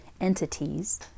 entities